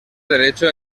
derecho